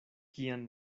kiam